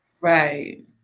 Right